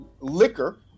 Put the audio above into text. liquor